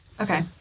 Okay